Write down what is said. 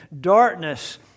darkness